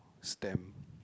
stem